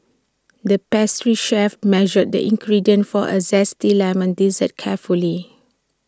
the pastry chef measured the ingredients for A Zesty Lemon Dessert carefully